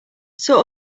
sort